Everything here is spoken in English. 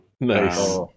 Nice